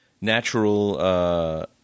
natural